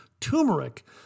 turmeric